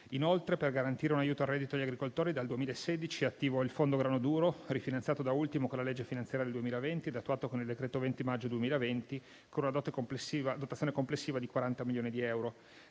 Inoltre, per garantire un aiuto al reddito degli agricoltori, dal 2016 è attivo il "Fondo grano duro", rifinanziato da ultimo con la legge di bilancio del 2020 e attuato con il decreto 20 maggio 2020, con una dotazione complessiva di 40 milioni di euro.